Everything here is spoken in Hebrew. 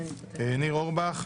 ניר אורבך,